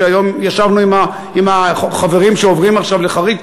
והיום ישבנו עם החברים שעוברים עכשיו לחריש,